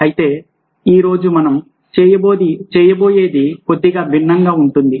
అయితే ఈ రోజు మనం చేయబోయేది కొద్దిగా భిన్నంగా ఉంటుంది